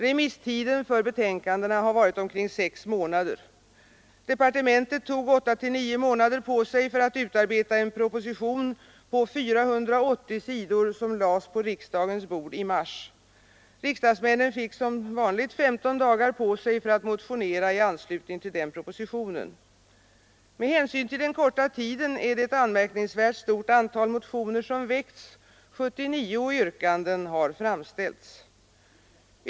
Remisstiden för betänkandena har varit omkring sex månader. Departementet tog åtta, nio månader på sig för att utarbeta en proposition på 480 sidor som lades på riksdagens bord i mars. Riksdagsmännen fick som vanligt 15 dagar på sig för att motionera i anslutning till denna proposition. Med hänsyn till den korta tiden är det ett anmärkningsvärt stort antal motioner som väckts — 79 yrkanden har framställts.